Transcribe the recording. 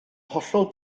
hollol